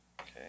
Okay